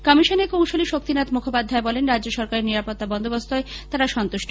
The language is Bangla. কমিশনের কৌঁশুলি শক্তিনাথ মুখোপাধ্যায় বলেন রাজ্য সরকারের নিরাপত্তা বন্দোবস্তে তারা সন্তুষ্ট